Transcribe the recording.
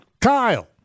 Kyle